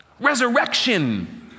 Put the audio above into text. Resurrection